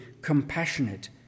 compassionate